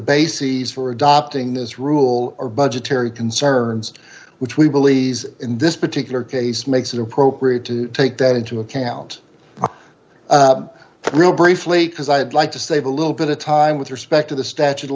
bases for adopting this rule or budgetary concerns which we believe in this particular case makes it appropriate to take that into account real briefly because i'd like to save a little bit of time with respect to the statute of